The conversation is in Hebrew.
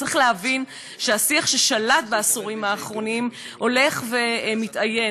צריך להבין שהשיח ששלט בעשורים האחרונים הולך ומתאיין,